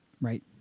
right